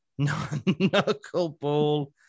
knuckleball